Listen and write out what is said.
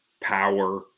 power